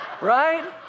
Right